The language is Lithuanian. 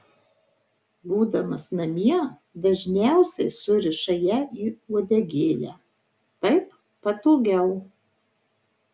būdamas namie dažniausiai suriša ją į uodegėlę taip patogiau